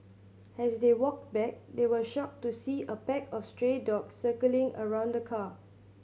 as they walked back they were shocked to see a pack of stray dog circling around the car